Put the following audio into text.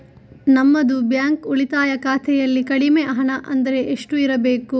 ನಮ್ಮದು ಬ್ಯಾಂಕ್ ಉಳಿತಾಯ ಖಾತೆಯಲ್ಲಿ ಕಡಿಮೆ ಹಣ ಅಂದ್ರೆ ಎಷ್ಟು ಇರಬೇಕು?